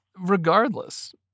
Regardless